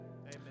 Amen